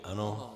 Ano.